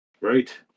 Right